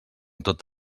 tot